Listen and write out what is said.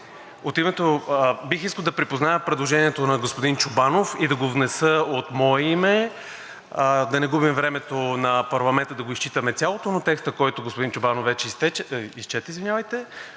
Председател. Бих искал да припозная предложението на господин Чобанов и да го внеса от мое име. Да не губим времето на парламента да го изчитаме цялото, но текста, който господин Чобанов вече изчете, го